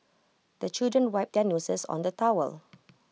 the children wipe their noses on the towel